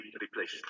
replaced